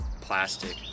plastic